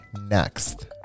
next